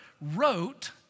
wrote